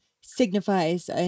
signifies